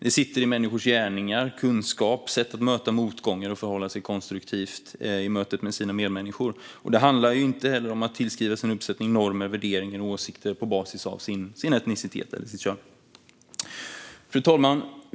Det sitter i människors gärningar, kunskap, sätt att möta motgångar och förhålla sig konstruktivt i mötet med sina medmänniskor. Det handlar inte heller om att tillskrivas en uppsättning normer, värderingar och åsikter på basis av sin etnicitet eller sitt kön. Fru talman!